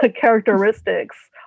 characteristics